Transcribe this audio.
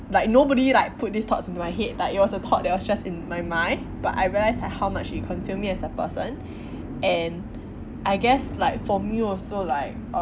like nobody like put these thoughts into my head like it was a thought that was just in my mind but I realised like how much it consumed me as a person and I guess like for me also like um